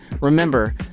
Remember